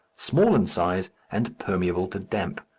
small in size and permeable to damp.